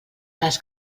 cas